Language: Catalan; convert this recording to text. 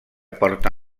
porta